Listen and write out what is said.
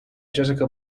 jessica